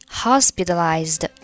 hospitalized